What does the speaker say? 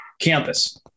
Campus